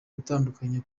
gutandukana